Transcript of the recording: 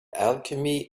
alchemy